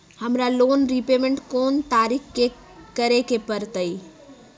हमरा loan repayment कोन तारीख के करे के परतई?